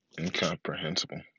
incomprehensible